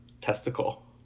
testicle